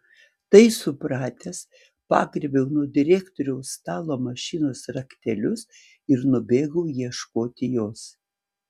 tai supratęs pagriebiau nuo direktoriaus stalo mašinos raktelius ir nubėgau ieškoti jos